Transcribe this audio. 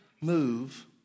move